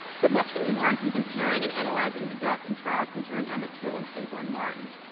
so much can be learned from comparing and analyzing the death and trials, concerning emmett till and trayvon martin.